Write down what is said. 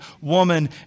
woman